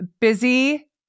busy